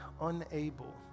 unable